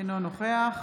אינו נוכח